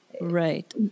right